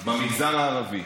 במגזר הערבי.